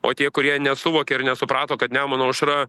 o tie kurie nesuvokė ir nesuprato kad nemuno aušra